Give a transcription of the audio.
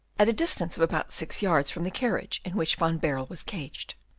at a distance of about six yards from the carriage in which van baerle was caged.